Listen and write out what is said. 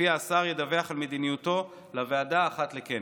שלפיה השר ידווח על מדיניותו לוועדה אחת לכנס.